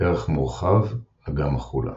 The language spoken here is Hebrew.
ערך מורחב – אגם החולה